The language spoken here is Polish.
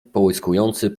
połyskujący